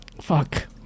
Fuck